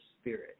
spirit